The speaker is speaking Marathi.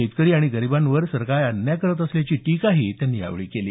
शेतकरी आणि गरीबांवर हे सरकार अन्याय करत असल्याची टीकाही त्यांनी यावेळी केली